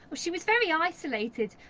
she was very isolated,